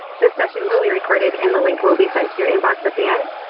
this session will be recorded and the link will be sent to your inbox at the end.